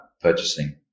purchasing